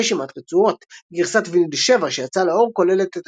רשימת רצועות גרסת ויניל 7" שיצאה לשיר